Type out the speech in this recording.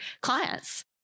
clients